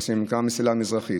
מה שנקרא המסילה המזרחית,